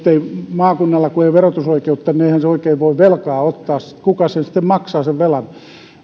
maakunnalla kun ei ole verotusoikeutta niin eihän se oikein voi velkaa ottaa sillä kuka sitten maksaa sen velan